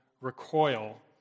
recoil